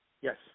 yes